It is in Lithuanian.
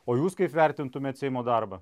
o jūs kaip vertintumėt seimo darbą